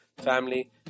family